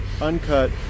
uncut